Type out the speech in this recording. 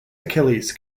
achilles